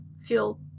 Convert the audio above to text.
feel